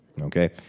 okay